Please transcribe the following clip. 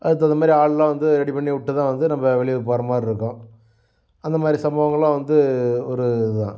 அதுக்கு தகுந்தமாதிரி ஆள்லாம் வந்து ரெடி பண்ணிவிட்டுதான் வந்து நம்ப வெளியூர் போறமாதிரிருக்கும் அந்தமாதிரி சம்பவங்கள்லாம் வந்து ஒரு இதுதான்